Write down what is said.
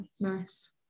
nice